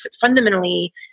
fundamentally